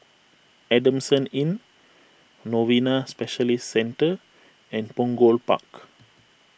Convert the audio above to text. Adamson Inn Novena Specialist Centre and Punggol Park